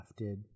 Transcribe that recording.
crafted